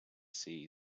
sea